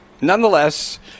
Nonetheless